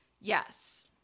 Yes